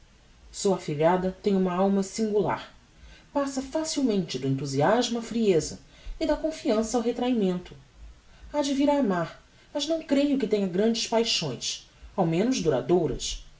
sua afilhada tem uma alma singular passa facilmente do enthusiasmo á frieza e da confiança ao retrahimento ha de vir a amar mas não creio que tenha grandes paixões ao menos duradouras